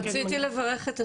רציתי לברך את השר,